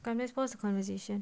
come let's pause the conversation